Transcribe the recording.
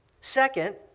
Second